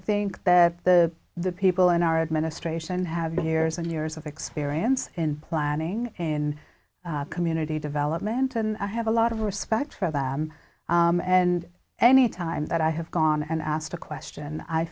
think that the the people in our administration have been hears and years of experience in planning and community development and i have a lot of respect for them and any time that i have gone and asked a question i